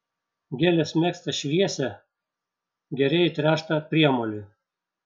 gėlės mėgsta šviesią gerai įtręštą priemolį